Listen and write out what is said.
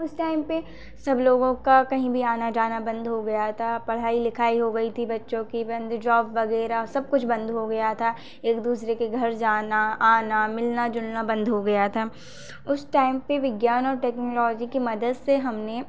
उस टाइम पे सब लोगों का कहीं भी आना जाना बंद हो गया था पढ़ाई लिखाई हो गई थी बच्चों की बंद जॉब वगैरह सब कुछ बंद हो गया था एक दूसरे के घर जाना आना मिलना जुलना बंद हो गया था उस टाइम पे विज्ञान और टेक्नोलॉजी के मदद से हमने